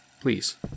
Please